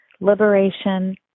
Liberation